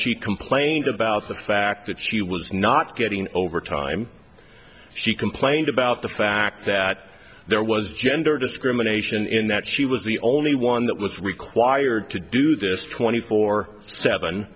she complained about the fact that she was not getting over time she complained about the fact that there was gender discrimination in that she was the only one that was required to do this twenty four seven